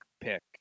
pick